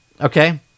Okay